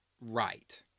right